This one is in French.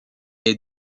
est